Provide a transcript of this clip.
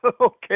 Okay